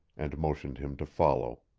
and motioned him to follow.